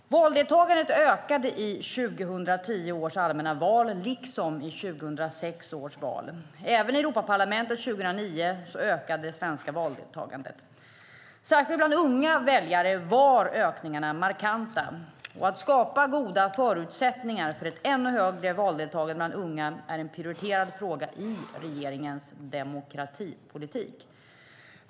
Valdeltagandet ökade i 2010 års allmänna val, liksom i 2006 års val. Även i Europaparlamentsvalet 2009 ökade det svenska valdeltagandet. Särskilt bland unga väljare var ökningarna markanta. Att skapa goda förutsättningar för ett ännu högre valdeltagande bland unga är en prioriterad fråga i regeringens demokratipolitik.